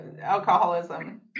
alcoholism